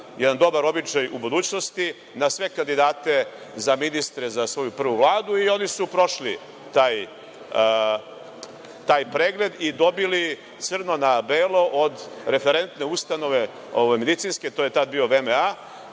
jedan dobar običaj u budućnosti, na sve kandidate za ministre za svoju prvu vladu i oni su prošli taj pregled. Dobili su crno na belo od referentne ustanove medicinske, to je tada bio VMA,